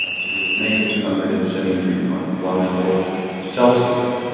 to negative two hundred and seventy three point one four celsius.